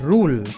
Rule